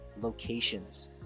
locations